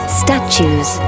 statues